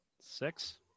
Six